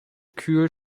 kühl